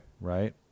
Right